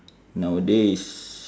nowadays